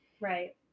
Right